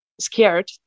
scared